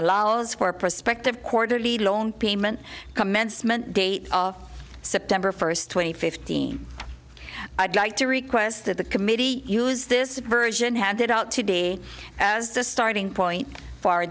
allows for a prospective quarterly loan payment commencement date of september first twenty fifteen i'd like to request that the committee use this version handed out today as the starting point for